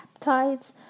peptides